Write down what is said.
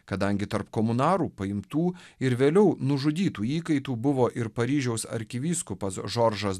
kadangi tarp komunarų paimtų ir vėliau nužudytų įkaitų buvo ir paryžiaus arkivyskupas žoržas